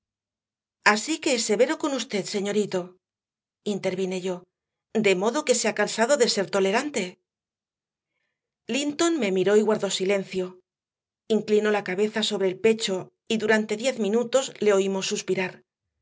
así que es severo con usted señorito intervine yo de modo que se ha cansado de ser tolerante linton me miró y guardó silencio inclinó la cabeza sobre el pecho y durante diez minutos le oímos suspirar